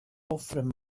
offren